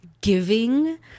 giving